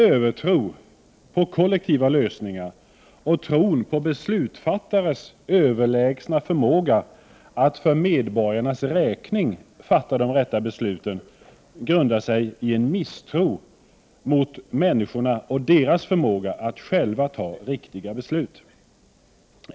Övertron på kollektiva lösningar och tron på beslutsfattares överlägsna förmåga att för medborgarnas räkning fatta de rätta besluten grundar sig på en misstro mot människorna och deras förmåga att själva fatta riktiga beslut.